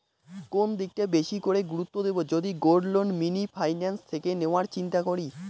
কোন দিকটা বেশি করে গুরুত্ব দেব যদি গোল্ড লোন মিনি ফাইন্যান্স থেকে নেওয়ার চিন্তা করি?